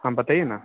हाँ बताइए ना